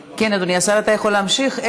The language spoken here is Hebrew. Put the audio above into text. כן, אדוני השר, אתה יכול להמשיך.